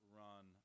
run